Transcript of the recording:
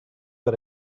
are